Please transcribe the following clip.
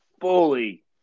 fully